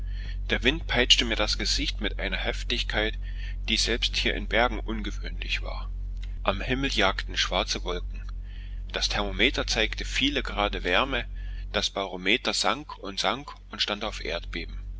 der regen peitschte mir das gesicht mit einer heftigkeit die selbst hier in bergen ungewöhnlich war am himmel jagten schwarze wolken das thermometer zeigte viele grade wärme das barometer sank und sank und stand auf erdbeben